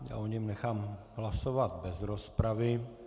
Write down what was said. Já o něm nechám hlasovat bez rozpravy.